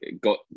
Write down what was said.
got